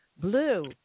Blue